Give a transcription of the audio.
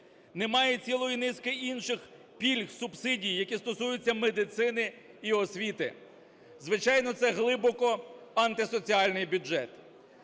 немає цілої низки інших пільг, субсидій, які стосуються медицини і освіти. Звичайно, це глибоко антисоціальний бюджет.